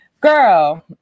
Girl